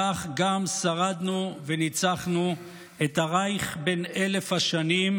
כך גם שרדנו וניצחנו את הרייך בן אלף השנים,